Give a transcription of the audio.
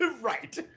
right